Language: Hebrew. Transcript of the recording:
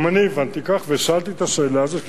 גם אני הבנתי כך ושאלתי את השאלה הזאת,